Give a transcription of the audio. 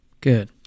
Good